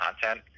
content